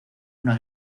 una